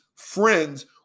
Friends